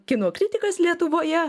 kino kritikas lietuvoje